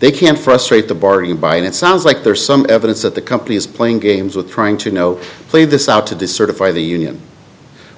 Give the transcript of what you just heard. they can frustrate the bargain by it sounds like there's some evidence that the company is playing games with trying to no play this out to discern if i the union